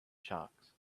sharks